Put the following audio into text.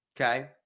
Okay